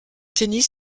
tennis